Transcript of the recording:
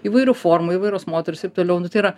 įvairių formų įvairios moterys taip toliau nu tai yra